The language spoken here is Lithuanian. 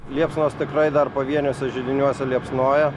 liepsnos tikrai dar pavieniuose židiniuose liepsnoja